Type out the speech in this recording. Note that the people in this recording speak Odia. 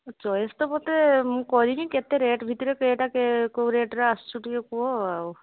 ଚଏସ୍ ତ ମୋତେ ମୁଁ କରିନି କେତେ ରେଟ୍ ଭିତରେ କେଉଁଟା କେଉଁ ରେଟରେ ଆସୁଛି ଟିକିଏ କୁହ ଆଉ